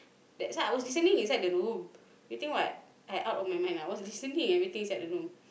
that's why I was listening inside the room you think what I out of my mind ah I was listening everything inside the room